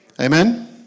Amen